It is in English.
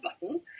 button